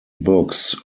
books